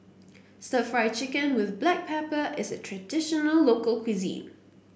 stir Fry Chicken with Black Pepper is a traditional local cuisine